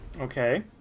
Okay